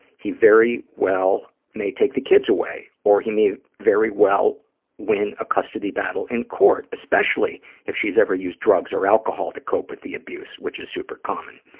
he very well may take the kids away, or he may very well win a custody battle in court, especially if she's ever used drugs or alcohol to cope with the abuse, which is super common.